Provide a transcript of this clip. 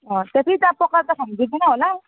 त्यहाँ कि त्यहाँ पकाएर त खानु दिँदैन होला